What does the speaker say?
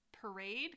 parade